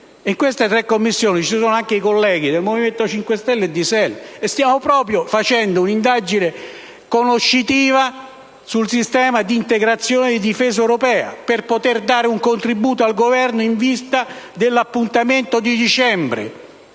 delle quali fanno parte anche i colleghi del Movimento 5 Stelle e di SEL, nelle quali abbiamo avviato un'indagine conoscitiva sul sistema di integrazione di difesa europea per poter dare un contributo al Governo in vista dell'appuntamento di dicembre.